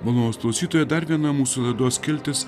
mano klausytojai dar viena mūsų laidos skiltis